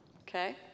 Okay